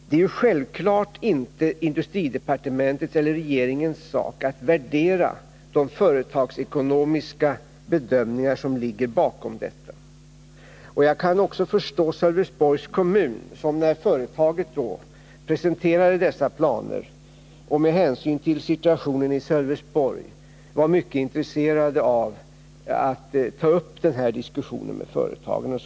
Det är självfallet inte industridepartementets och regeringens sak att värdera de företagsekonomiska bedömningar som ligger bakom detta. Jag kan också förstå att Sölvesborgs kommun med hänsyn till situationen i Sölvesborg var mycket intresserad av att ta upp denna diskussion med företaget när det presenterade sina planer.